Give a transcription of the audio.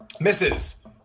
Misses